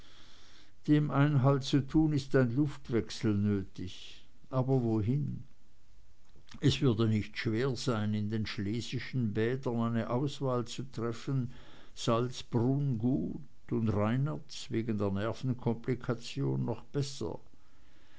dem einhalt zu tun ist ein luftwechsel nötig aber wohin es würde nicht schwer sein in den schlesischen bädern eine auswahl zu treffen salzbrunn gut und reinerz wegen der nervenkomplikation noch besser